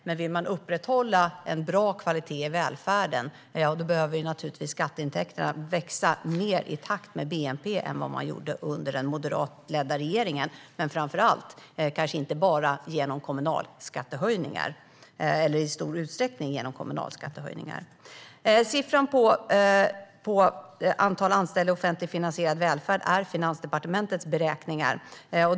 Men vill man upprätthålla en bra kvalitet i välfärden behöver naturligtvis skatteintäkterna växa mer i takt med bnp än vad de gjorde under den moderatledda regeringen. Framför allt ska det kanske inte ske bara genom kommunalskattehöjningar eller i stor utsträckning genom kommunalskattehöjningar. Siffran för antalet anställda i offentligt finansierad välfärd är från Finansdepartementets beräkningar.